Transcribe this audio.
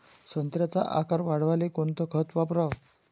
संत्र्याचा आकार वाढवाले कोणतं खत वापराव?